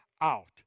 out